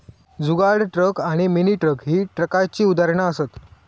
जुगाड truck आणि mini truck ही ट्रकाची उदाहरणा असत